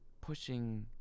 pushing